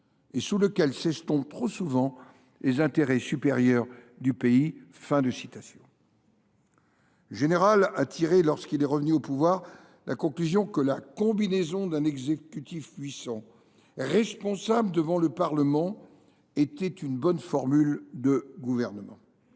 et sous lequel [s’estompaient] trop souvent les intérêts supérieurs du pays ». Le général de Gaulle, lorsqu’il est revenu au pouvoir, a tiré la conclusion que la combinaison d’un exécutif puissant, responsable devant le Parlement, était une bonne formule de gouvernement.